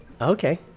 Okay